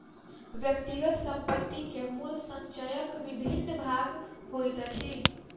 व्यक्तिगत संपत्ति के मूल्य संचयक विभिन्न भाग होइत अछि